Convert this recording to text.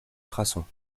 ultrasons